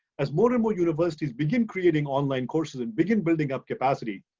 as more and more universities begin creating online courses and begin building up capacity,